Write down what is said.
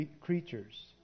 creatures